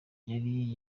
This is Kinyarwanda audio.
yari